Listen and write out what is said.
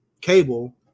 Cable